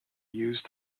used